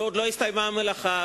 ועוד לא הסתיימה המלאכה,